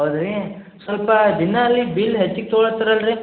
ಅಲ್ರೀ ಸ್ವಲ್ಪ ಬಿನ್ನಾಲ್ ಬಿಲ್ ಹೆಚ್ಚಿಗೆ ತಗೋಳಿ ಹತ್ತಿರಲ್ರೀ